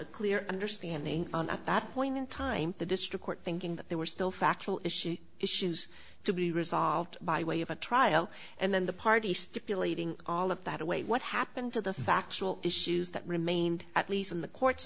a clear understanding on at that point in time the district court thinking that there were still factual issues issues to be resolved by way of a trial and then the party stipulating all of that away what happened to the factual issues that remained at least in the courts